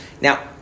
Now